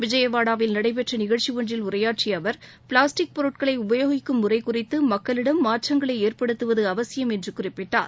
விஜயவாடாவில் நடைபெற்ற நிகழ்ச்சி ஒன்றில் உரையாற்றிய அவர் பிளாஸ்டிக் பொருட்களை உபயோகிக்கும் முறை குறித்து மக்களிடம் மாற்றங்களை ஏற்படுத்துவது அவசியம் என்று குறிப்பிட்டார்